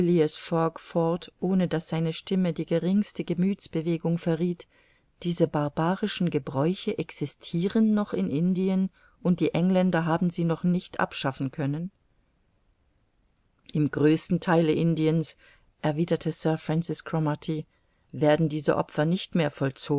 ohne daß seine stimme die geringste gemüthsbewegung verrieth diese barbarischen gebräuche existiren noch in indien und die engländer haben sie noch nicht abschaffen können im größten theile indiens erwiderte sir francis cromarty werden diese opfer nicht mehr vollzogen